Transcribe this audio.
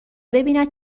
ببیند